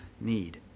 need